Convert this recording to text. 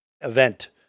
event